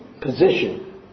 position